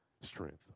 strength